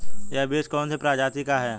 यह बीज कौन सी प्रजाति का है?